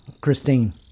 Christine